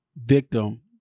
victim